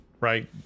Right